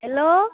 hello